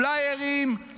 פליירים,